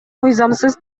мыйзамсыз